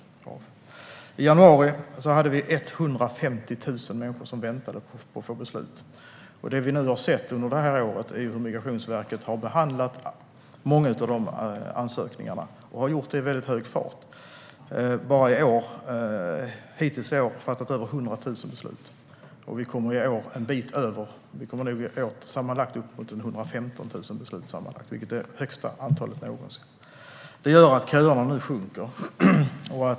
I januari hade vi 150 000 människor som väntade på att få beslut. Migrationsverket har under året behandlat många av ansökningarna och i väldigt hög fart. Hittills i år har man fattat över 100 000 beslut och kommer nog i år att fatta uppemot 115 000 beslut sammanlagt, vilket är det högsta antalet någonsin. Det gör att köerna nu sjunker.